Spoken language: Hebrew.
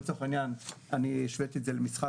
לצורך העניין השוויתי את זה למשחק